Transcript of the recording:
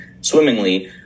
swimmingly